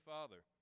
Father